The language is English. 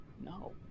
no